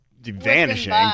vanishing